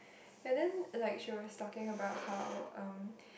ya then like she was talking about how um